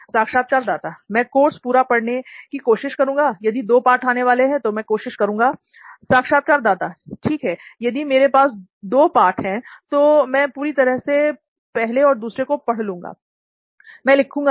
साक्षात्कारदाता मैं कोर्स पूरा पढ़ने की कोशिश करूंगा यदि दो पाठ आने वाले हैं तो मैं कोशिश करूंगा साक्षात्कारदाता ठीक है यदि मेरे पास दो पाठ है तो मैं पूरी तरह से पहले और दूसरे को पढ़ लूंगा मैं लिखूंगा नहीं